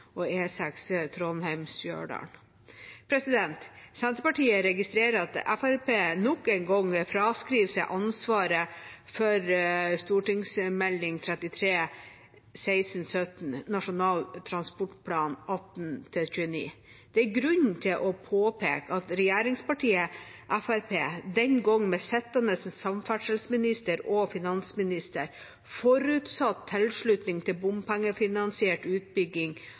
og E6 Trondheim–Stjørdal.» Senterpartiet registrerer at Fremskrittspartiet nok en gang vil fraskrive seg ansvaret for Meld. St. 33 for 2016–2017, Nasjonal transportplan 2018–2029. Det er grunn til å påpeke at regjeringspartiet Fremskrittspartiet, den gangen med sittende samferdselsminister og finansminister, forutsatte tilslutning til bompengefinansiert utbygging